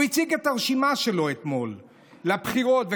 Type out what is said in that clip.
הוא הציג את הרשימה שלו לבחירות אתמול,